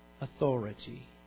authority